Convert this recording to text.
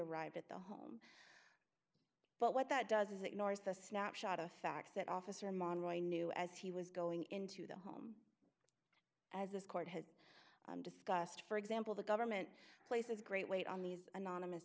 arrived at the home but what that does is ignores the snapshot of facts that officer monroy i knew as he was going into the home as this court has discussed for example the government places great weight on these anonymous